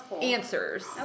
answers